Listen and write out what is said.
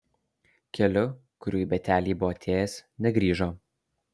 keliu kuriuo į betelį buvo atėjęs negrįžo